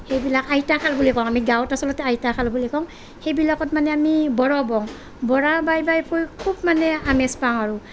এইবিলাক আইতা খাল বুলি কওঁ আমি গাঁৱত আচলতে আইতা খাল বুলি কওঁ সেইবিলাকত মানে আমি বৰহ বওঁ বৰহ বাই বাই খুব মানে আমেজ পাওঁ আৰু